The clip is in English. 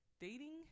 dating